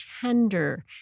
tender